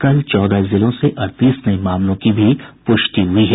कल चौदह जिलों से अड़तीस नये मामलों की भी पुष्टि हुई है